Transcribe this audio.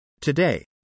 Today